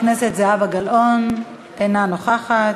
חברת הכנסת זהבה גלאון אינה נוכחת.